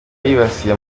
yibasiye